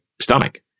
stomach